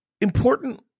important